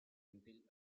útil